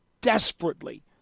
desperately